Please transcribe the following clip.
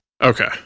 Okay